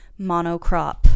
monocrop